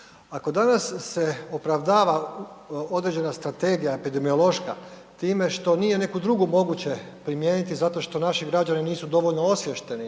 Ako se danas opravdava određena strategija epidemiološka time što nije neku drugu moguće primijeniti zato što naši građani nisu dovoljno osviješteni,